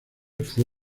fue